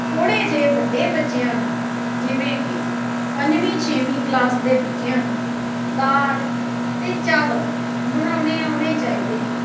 ਥੋੜ੍ਹੇ ਜਿਹੇ ਵੱਡੇ ਬੱਚਿਆਂ ਨੂੰ ਜਿਵੇਂ ਕਿ ਪੰਜਵੀਂ ਛੇਵੀਂ ਕਲਾਸ ਦੇ ਬੱਚਿਆਂ ਨੂੰ ਦਾਲ ਅਤੇ ਚਾਵਲ ਬਣਾਉਣੇ ਆਉਣੇ ਚਾਹੀਦੇ ਹਨ